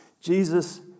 Jesus